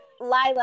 Lila